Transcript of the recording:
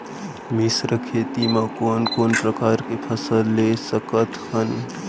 मिश्र खेती मा कोन कोन प्रकार के फसल ले सकत हन?